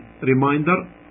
reminder